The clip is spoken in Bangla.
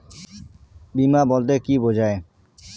বিমা বলতে কি বোঝায়?